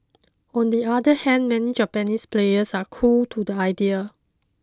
on the other hand many Japanese players are cool to the idea